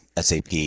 SAP